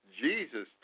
Jesus